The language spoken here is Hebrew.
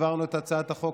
העברנו את הצעת החוק